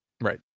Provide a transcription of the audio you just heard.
Right